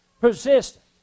Persistent